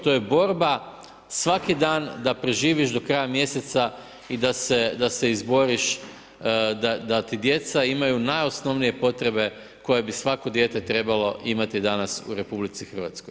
To je borba svaki dan, da preživiš do kraja mjeseca i da se izboriš da ti djeca imaju najosnovnije potrebe, koje bi svako dijete trebalo imati danas u RH.